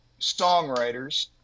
songwriters